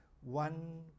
One